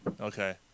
Okay